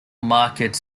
market